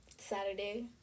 Saturday